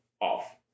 off